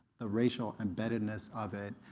the racial embeddedness of it,